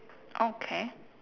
okay